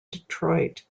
detroit